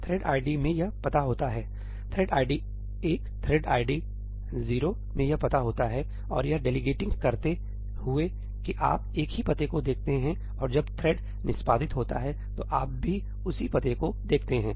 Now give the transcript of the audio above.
thread ID में यह पता होता है थ्रेड आईडी 1 थ्रेड आईडी 0 में यह पता होता है और यह डेलीगेटिंग करते हुए कि आप एक ही पते को देखते हैं और जब थ्रेड निष्पादित होता है तो आप भी उसी पते को देखते हैं